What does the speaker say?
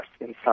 inside